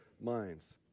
minds